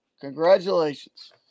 congratulations